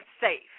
safe